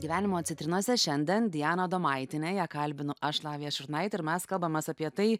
gyvenimo citrinose šiandien diana adomaitienė ją kalbinu aš lavija šurnaitė ir mes kalbamės apie tai